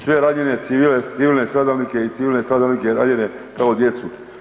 Sve ranjene civile, civilne stradalnike i civilne stradalnike ranjene kao djecu.